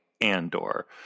Andor